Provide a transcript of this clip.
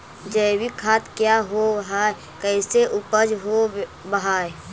जैविक खाद क्या होब हाय कैसे उपज हो ब्हाय?